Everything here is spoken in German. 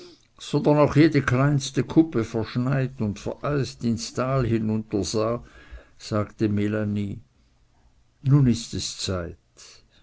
sondern auch jede kleinste kuppe verschneit und vereist ins tal hernieder sah sagte melanie nun ist es zeit